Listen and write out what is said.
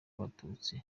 abatutsi